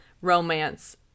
romance